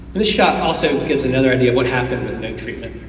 this shot also gives another idea of what happens with no treatment.